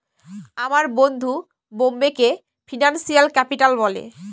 আমার বন্ধু বোম্বেকে ফিনান্সিয়াল ক্যাপিটাল বলে